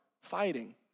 fighting